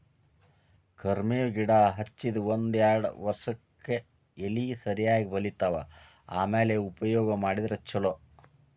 ಕರ್ಮೇವ್ ಗಿಡಾ ಹಚ್ಚದ ಒಂದ್ಯಾರ್ಡ್ ವರ್ಷಕ್ಕೆ ಎಲಿ ಸರಿಯಾಗಿ ಬಲಿತಾವ ಆಮ್ಯಾಲ ಉಪಯೋಗ ಮಾಡಿದ್ರ ಛಲೋ